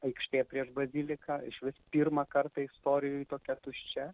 aikštė prieš baziliką išvis pirmą kartą istorijoj tokia tuščia